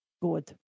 good